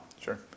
sure